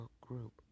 group